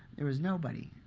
there was nobody.